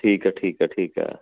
ਠੀਕ ਹੈ ਠੀਕ ਹੈ ਠੀਕ ਹੈ